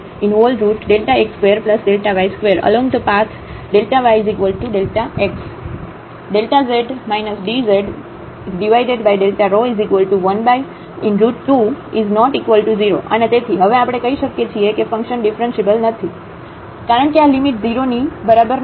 z dz ΔxΔyx2Δy2 Along the path yΔx z dz 12≠0 અને તેથી હવે આપણે કહી શકીએ છીએ કે ફંક્શન ડિફરન્ટિબલ નથી કારણ કે આ લિમિટ 0 ની બરાબર ન હોઈ શકે